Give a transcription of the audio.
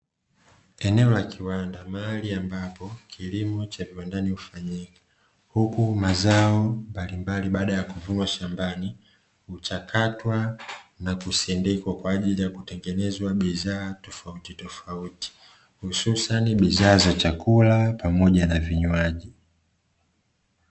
Eneo la kiwanda mahali ambapo kilimo cha viwandani hufanyika huku mazao mbalimbali baada ya kuvunwa shambani, huchakatwa na kusindikwa kwa ajili ya kutengenezwa bidhaa tofautitofauti; hususani bidhaa za chakula pamoja na vinywaji.